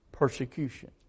Persecution